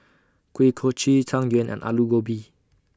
Kuih Kochi Tang Yuen and Aloo Gobi